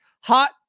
hot